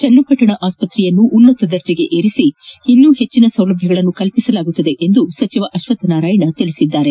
ಚನ್ನಪಟ್ಟಣ ಆಸ್ವತ್ರೆಯನ್ನು ಉನ್ನತದರ್ಣಿಗೇರಿಸಿ ಇನ್ನು ಹೆಚ್ಚಿನ ಸೌಲಭ್ಯಗಳನ್ನು ಕಲ್ಪಿಸಲಾಗುವುದು ಎಂದು ಅಶ್ವತ್ದ್ ನಾರಾಯಣ ತಿಳಿಸಿದರು